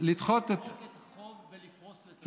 את החוב ולפרוס את התשלומים.